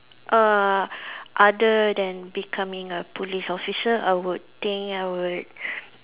uh other than becoming a police officer I would think I would